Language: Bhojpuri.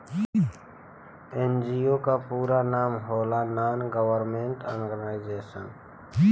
एन.जी.ओ क पूरा नाम होला नान गवर्नमेंट और्गेनाइजेशन